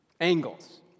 angles